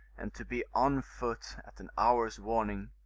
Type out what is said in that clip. and to be on foot at an hour's warning.